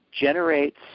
generates